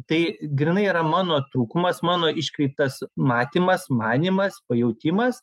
tai grynai yra mano trūkumas mano iškreiptas matymas manymas pajautimas